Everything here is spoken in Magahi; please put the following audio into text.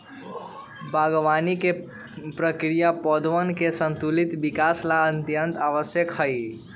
बागवानी के प्रक्रिया पौधवन के संतुलित विकास ला अत्यंत आवश्यक हई